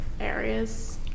areas